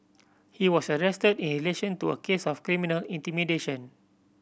he was arrested in relation to a case of criminal intimidation